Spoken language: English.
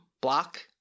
Block